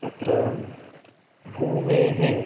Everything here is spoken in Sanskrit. तत्र भूमेः